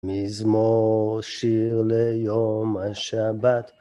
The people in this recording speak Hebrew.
מזמור שיר ליום השבת.